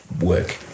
work